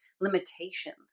limitations